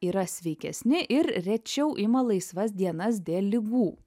yra sveikesni ir rečiau ima laisvas dienas dėl ligų